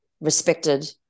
respected